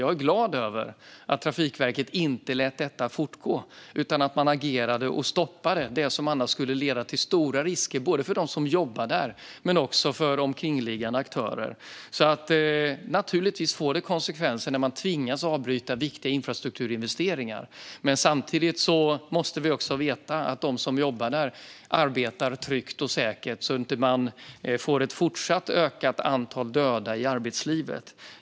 Jag är glad att Trafikverket inte lät detta fortgå utan agerade och stoppade det som annars skulle innebära stora risker för dem som jobbar där men också för omkringliggande aktörer. Det får naturligtvis konsekvenser när man tvingas avbryta viktiga infrastrukturinvesteringar. Men samtidigt måste vi veta att de som jobbar där arbetar tryggt och säkert, så att vi inte får ett fortsatt ökat antal döda i arbetslivet.